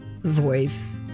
voice